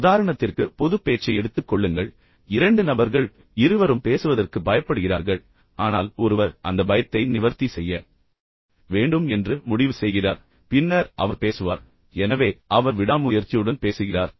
உதாரணத்திற்கு பொதுப் பேச்சை எடுத்துக் கொள்ளுங்கள் இரண்டு நபர்கள் இருவரும் பேசுவதற்கு பயப்படுகிறார்கள் ஆனால் ஒருவர் அந்த பயத்தை நிவர்த்தி செய்ய வேண்டும் என்று முடிவு செய்கிறார் பின்னர் அவர் பேசுவார் எனவே அவர் விடாமுயற்சியுடன் பேசுகிறார்